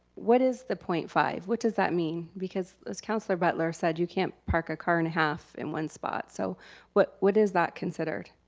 what is the point five? what does that mean? because as councilor butler said, you can't park a car and a half in one spot, so what what is that considered?